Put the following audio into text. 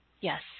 Yes